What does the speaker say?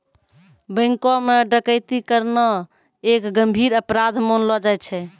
बैंको म डकैती करना एक गंभीर अपराध मानलो जाय छै